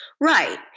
Right